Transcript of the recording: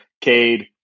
Cade